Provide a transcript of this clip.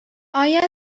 آیا